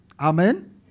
Amen